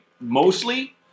mostly